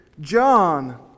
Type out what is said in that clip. John